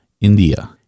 India